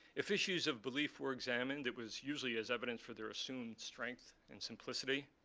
if issues of belief were examined, it was usually as evidence for their assumed strength and simplicity.